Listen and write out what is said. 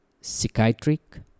psychiatric